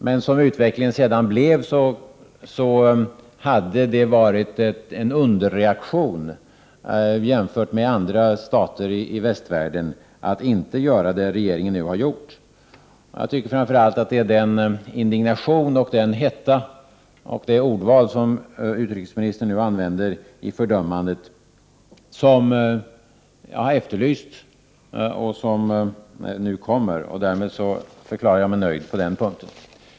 Men som utvecklingen sedan blev hade det varit en underreaktion jämfört med andra stater i västvärlden att inte göra det regeringen nu har gjort. Framför allt är det den indignation, den hetta och det ordval som utrikesministern nu använder i fördömandet som jag har efterlyst. När det nu kommer förklarar jag mig nöjd på den punkten.